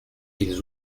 villes